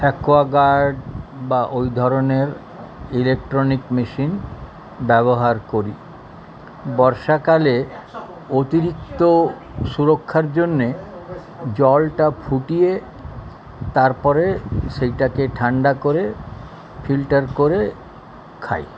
Aquaguard বা ওই ধরনের ইলেকট্রনিক মেশিন ব্যবহার করি বর্ষাকালে অতিরিক্ত সুরক্ষার জন্যে জলটা ফুটিয়ে তারপরে সেইটাকে ঠান্ডা করে ফিল্টার করে খাই